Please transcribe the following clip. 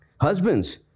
husbands